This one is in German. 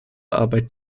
arbeit